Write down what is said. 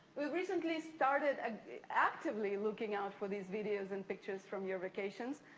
we recently started ah actively looking out for these videos and pictures from your vacations.